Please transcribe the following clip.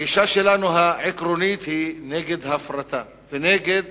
הגישה העקרונית שלנו היא נגד הפרטה ונגד